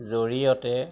জৰিয়তে